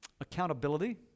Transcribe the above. Accountability